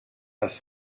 das